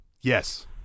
Yes